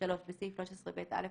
(3)בסעיף 13ב(א),